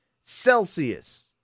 Celsius